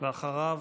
ואחריו